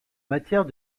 matière